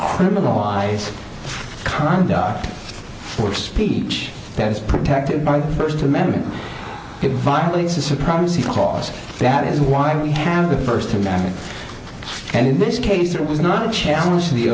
criminalize conduct for speech that is protected by the first amendment it violates the supremacy clause that is why we have the first amendment and in this case it was not a challenge to the